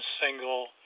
single